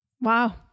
Wow